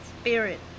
Spirit